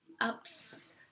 ups